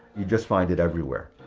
you just find it everywhere.